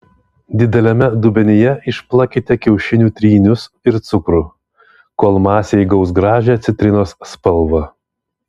dideliame dubenyje išplakite kiaušinių trynius ir cukrų kol masė įgaus gražią citrinos spalvą